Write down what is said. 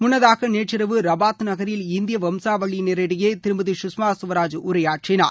முன்னதாக நேற்றிரவு ரபாத் நகரில் இந்திய வம்சாவளியினரிடையே திருமதி சுஷ்மா சுவராஜ் உரையாற்றினார்